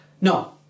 No